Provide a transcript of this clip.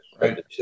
Right